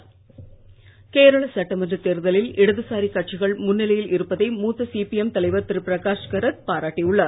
கேரளா கேரளாசட்டமன்றத்தேர்தலில்இடதுசாரிகட்சிகள்முன்னிலையில்இ ருப்பதைமூத்தசிபிஎம்தலைவர்திருபிரகாஷ்கரத்பாராட்டியுள்ளார்